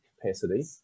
capacity